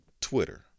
Twitter